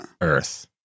earth